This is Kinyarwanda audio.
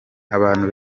abantu